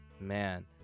man